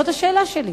זאת השאלה שלי.